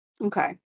Okay